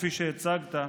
כפי שהצגת,